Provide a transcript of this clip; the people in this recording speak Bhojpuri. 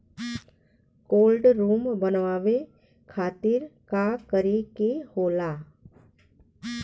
कोल्ड रुम बनावे खातिर का करे के होला?